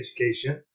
education